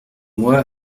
moi